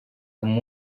amb